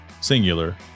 singular